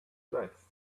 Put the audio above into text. dress